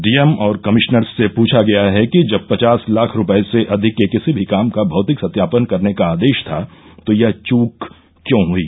DM और commissioner से पुछा गया है कि जब पचास लाख रुपये से अधिक के किसी भी काम का भौतिक सत्यापन करने का आदेश था तो यह चूक क्यों हुई